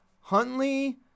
Huntley